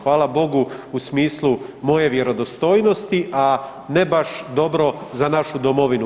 Hvala Bogu u smislu moje vjerodostojnosti, a ne baš dobro za našu domovinu.